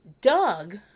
Doug